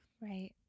Right